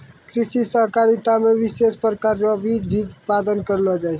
कृषि सहकारिता मे विशेष प्रकार रो बीज भी उत्पादन करलो जाय छै